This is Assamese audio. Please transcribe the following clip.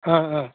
অ' অ'